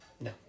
No